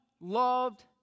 loved